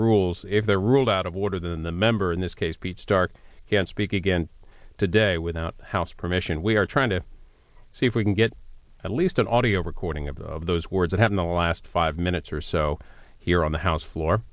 rules if they're ruled out of order than the member in this case pete stark can speak again today without house permission we are trying to see if we can get at least an audio recording of the of those words of having the last five minutes or so here on the house floor